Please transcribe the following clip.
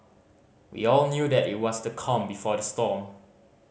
we all knew that it was the calm before the storm